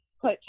put